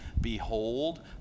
behold